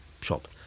shop